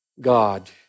God